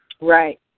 Right